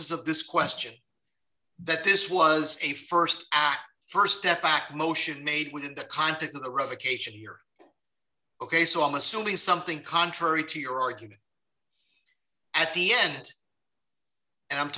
of this question that this was a st our st step back motion made within the context of the revocation here ok so i'm assuming something contrary to your argument at the end and i'm